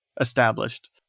established